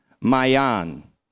Mayan